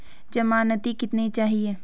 ज़मानती कितने चाहिये?